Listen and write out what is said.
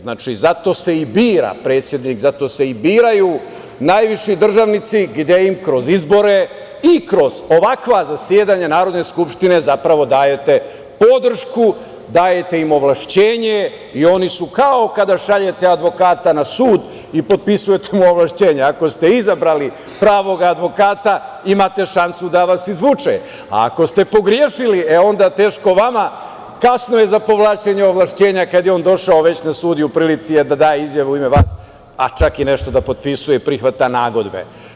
Znači, zato se i bira predsednik, zato se i biraju najviši državnici, gde im kroz izbore i kroz ovakva zasedanja Narodne skupštine zapravo dajete podršku, dajete im ovlašćenje i oni su kao kada šaljete advokata na sud i potpisujete mu ovlašćenje, ako ste izabrali pravog advokata, imate šansu da vas izvuče, a ako ste pogrešili, e, onda, teško vama, kasno je za povlačenje ovlašćenja kada je on došao već na sud i u prilici je da da izjavu u ime vas, a čak i nešto da potpisuje i prihvata nagodbe.